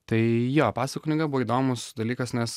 tai jo pasakų knyga buvo įdomus dalykas nes